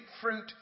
Fruit